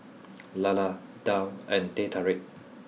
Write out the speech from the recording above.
Lala Daal and Teh Tarik